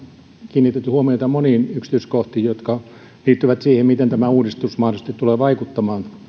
kiinnitetty huomiota moniin yksityiskohtiin jotka liittyvät siihen miten tämä uudistus mahdollisesti tulee vaikuttamaan